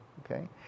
okay